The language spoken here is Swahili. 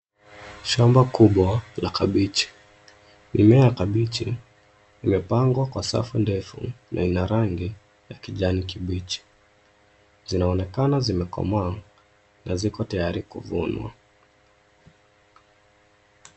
Shamba kubwa la kabichi. Mimea ya kabichi imepangwa kwa safu ndefu na ina rangi ya kijani kibichi. Zinaonekana zimekomaa na ziko tayari kuvunwa.